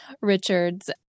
Richard's